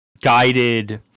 guided